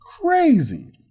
crazy